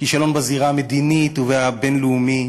כישלון בזירה המדינית והבין-לאומית.